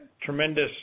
tremendous